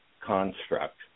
construct